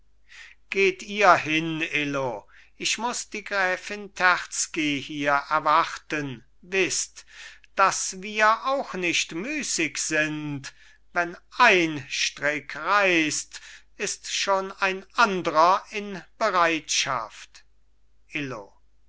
geht ihr hin illo ich muß die gräfin terzky hier erwarten wißt daß wir auch nicht müßig sind wenn ein strick reißt ist schon ein andrer in bereitschaft illo